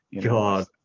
God